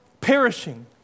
perishing